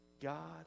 God